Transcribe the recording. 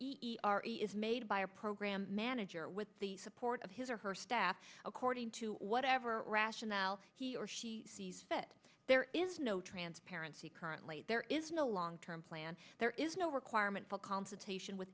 are is made by a program manager with the support of his or her staff according to whatever rationale he or she sees fit there is no transparency currently there is no long term plan there is no requirement for consultation with